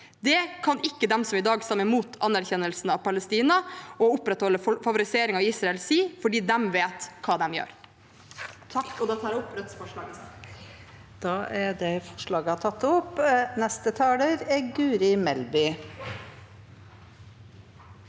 Det kan ikke de som i dag stemmer mot anerkjennelsen av Palestina og opprettholder favorisering av Israel, si, for de vet hva de gjør.